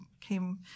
came